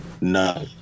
No